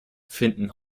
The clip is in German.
finden